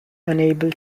unable